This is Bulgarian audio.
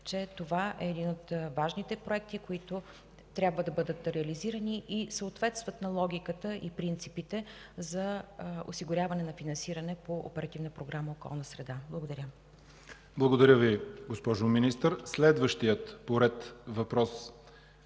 че това е един от важните проекти, които трябва да бъдат реализирани, и съответстват на логиката и принципите за осигуряване на финансиране по Оперативна програма „Околна среда”. Благодаря. ПРЕДСЕДАТЕЛ ЯВОР ХАЙТОВ: Благодаря Ви, госпожо Министър. Следващият по ред въпрос